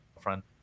front